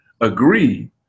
agree